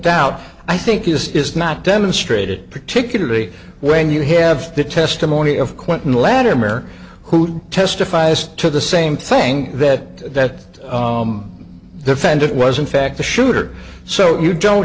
doubt i think is not demonstrated particularly when you have the testimony of clinton latimer who testifies to the same thing that defendant was in fact the shooter so you don't